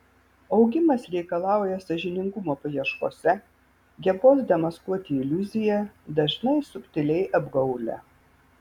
augimas reikalauja sąžiningumo paieškose gebos demaskuoti iliuziją dažnai subtiliai apgaulią